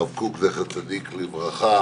ברב קוק צדיק לברכה